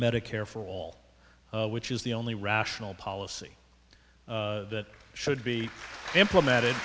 medicare for all which is the only rational policy that should be implemented